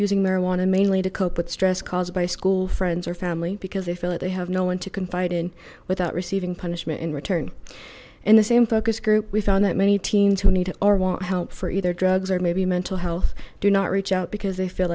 using marijuana mainly to cope with stress caused by school friends or family because they feel that they have no one to confide in without receiving punishment in return in the same focus group we found that many teens who need or want help for either drugs or maybe mental health do not reach out because they feel